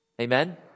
Amen